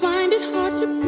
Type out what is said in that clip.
find it hard to